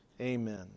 Amen